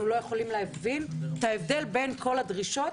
לא יכולים להבין את ההבדל בין כל הדרישות